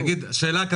יש איפשהו בעולם אמצעים